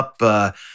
up